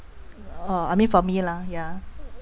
oh I mean for me lah ya